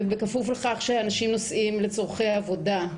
ובכפוף לכך שאנשים נוסעים לצורכי עבודה.